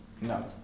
No